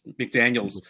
McDaniels